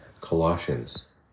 Colossians